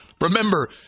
remember